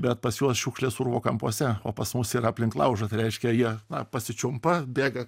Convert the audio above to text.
bet pas juos šiukšles urvo kampuose o pas mus yra aplink laužą tai reiškia jie pasičiumpa bėga